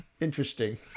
interesting